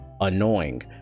annoying